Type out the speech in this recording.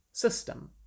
system